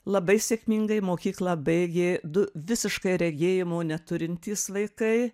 labai sėkmingai mokyklą baigė du visiškai regėjimo neturintys vaikai